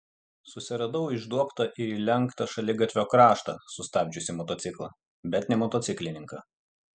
susiradau išduobtą ir įlenktą šaligatvio kraštą sustabdžiusį motociklą bet ne motociklininką